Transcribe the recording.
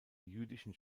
jüdischen